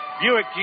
Buick